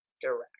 direct